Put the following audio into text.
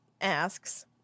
asks